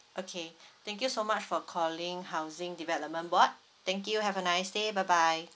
okay thank you so much for calling housing development board thank you have a nice day bye bye